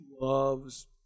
loves